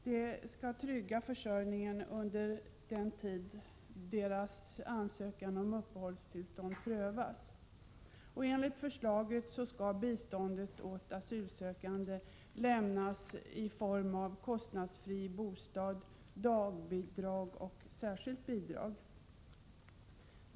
Det skall trygga försörjningen under den tid som de asylsökandes ansökan om uppehållstillstånd prövas. Enligt förslaget skall biståndet åt asylsökande lämnas i form av kostnadsfri bostad, dagbidrag och särskilt bidrag.